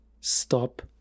stop